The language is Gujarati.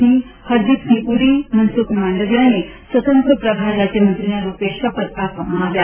સિંહ હરદીપસિંહ પુરી મનસુખ માંડવિયાને સ્વતંત્ર પ્રભાર રાજ્યમંત્રીના રૂપે શપથ અપાવવામાં આવ્યા